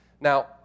Now